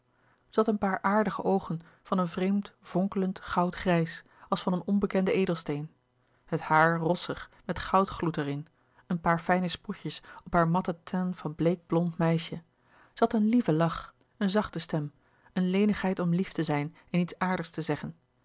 had een paar aardige oogen van een vreemd vonkelend louis couperus de boeken der kleine zielen goudgrijs als van een onbekenden edelsteen het haar rossig met goudgloed er in een paar fijne sproetjes op haar matte tint van bleek blond meisje zij had een lieven lach een zachte stem een lenigheid om lief te zijn en iets aardigs te zeggen